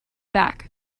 back